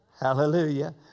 Hallelujah